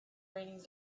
raining